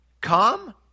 Come